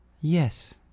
Yes